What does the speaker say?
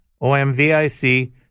O-M-V-I-C